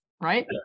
right